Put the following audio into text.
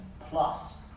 plus